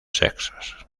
sexos